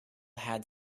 had